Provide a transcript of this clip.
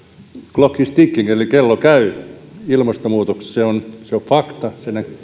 clock is ticking eli kello käy ilmastonmuutos on fakta